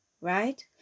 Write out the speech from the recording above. right